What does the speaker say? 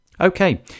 Okay